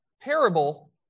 parable